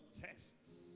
tests